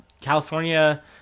California